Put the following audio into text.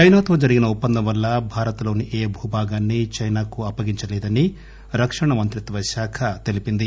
చైనాతో జరిగిన ఒప్పందం వల్ల భారత్ లోని ఏ భూభాగాన్ని చైనాకు అప్పగించలేదని రక్షణ మంత్రిత్వశాఖ తెలిపింది